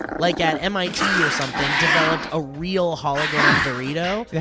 like at mit or something, developed a real hologram dorito, yeah